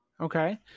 okay